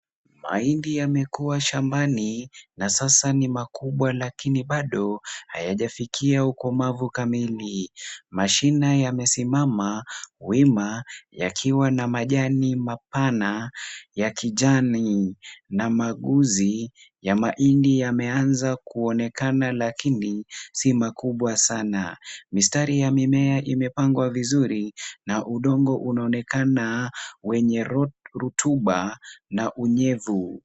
Mahindi yamekua shambani na sasa ni makubwa lakini bado hayajafikia ukomavu kamili. Mashina yamesimama wima yakiwa na majani mapana ya kijani na maguzi ya mahindi yameanza kuonekana lakini si makubwa sana. Mistari ya mimea imepangwa vizuri na udongo unaonekana wenye rotuba na unyevu.